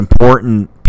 important